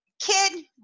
kid